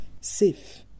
safe